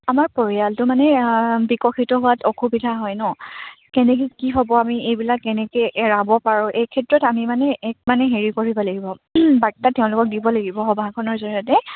আমাৰ পৰিয়ালটো মানে বিকশিত হোৱাত অসুবিধা হয় নহ্ কেনেকৈ কি হ'ব আমি এইবিলাক কেনেকৈ এৰাব পাৰোঁ এই ক্ষেত্ৰত আমি মানে এক মানে হেৰি কৰিব লাগিব বাৰ্তা তেওঁলোকক দিব লাগিব সভাখনৰ জৰিয়তে